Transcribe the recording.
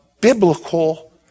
biblical